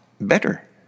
better